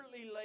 lay